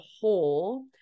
whole